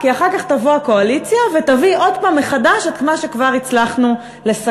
כי אחר כך תבוא הקואליציה ותביא עוד פעם מחדש את מה שכבר הצלחנו לסכל.